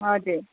हजुर